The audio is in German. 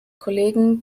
kollegen